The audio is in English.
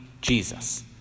Jesus